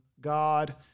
God